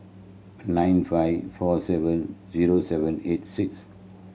nine five four seven zero seven eight six